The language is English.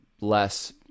less